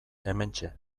hementxe